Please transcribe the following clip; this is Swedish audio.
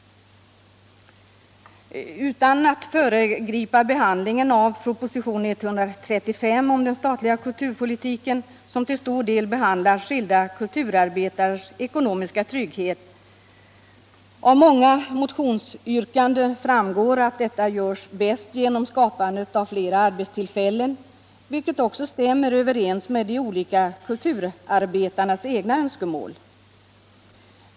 Jag skall inte föregripa behandlingen av proposition 135 om den statliga kulturpolitiken, som till stor del behandlar skilda kulturarbetares ekonomiska trygghet. Men jag vill säga att det av många motionsyrkanden framgår att detta görs bäst genom skapandet av flera arbetstillfällen, vilket också stämmer överens med kulturarbetarnas egna önskemål.